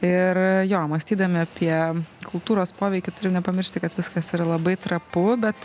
ir jo mąstydami apie kultūros poveikį turim nepamiršti kad viskas yra labai trapu bet